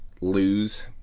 lose